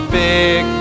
big